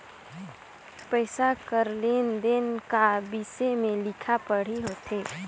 पइसा कर लेन देन का बिसे में लिखा पढ़ी होथे